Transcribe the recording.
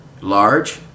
large